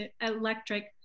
Electric